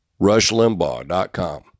rushlimbaugh.com